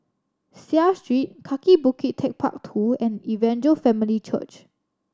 Seah Street Kaki Bukit Techpark Two and Evangel Family Church